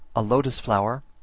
a lotus-flower,